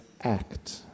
act